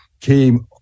came